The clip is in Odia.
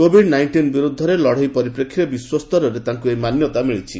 କୋଭିଡ୍ ନାଇଷ୍ଟିନ୍ ବିରୋଧରେ ଲଢ଼େଇ ପରିପ୍ରେକ୍ଷୀରେ ବିଶ୍ୱସ୍ତରରେ ତାଙ୍କୁ ଏହି ମାନ୍ୟତା ମିଳିଛି